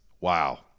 Wow